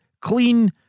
clean